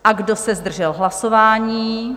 A kdo se zdržel hlasování?